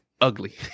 ugly